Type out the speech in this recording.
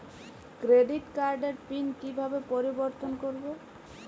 Credit কার্ডের PIN কিভাবে পরিবর্তন করবো?